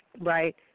right